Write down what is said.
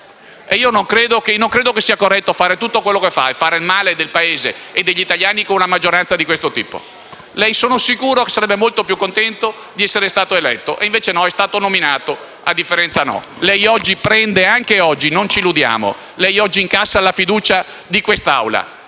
Io non credo sia corretto fare tutto quello che fa, fare il male del Paese e degli italiani con una maggioranza di questo tipo. Sono sicuro che lei sarebbe molto più contento di essere stato eletto, invece lei è stato nominato, a differenza nostra. Non ci illudiamo, anche oggi lei incasserà la fiducia di quest'Aula,